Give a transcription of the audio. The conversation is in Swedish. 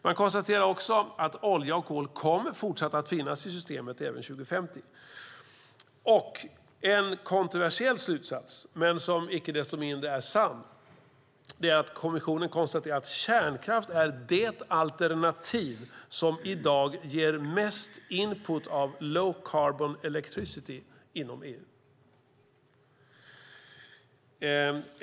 Man konstaterar också att olja och kol fortsatt kommer att finnas i systemet även 2050. En kontroversiell slutsats, som icke desto mindre är sann, är också att kommissionen konstaterar att kärnkraft är det alternativ som i dag ger mest input av low-carbon electricity inom EU.